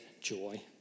joy